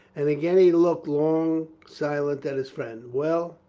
and again he looked long silent at his friend. well.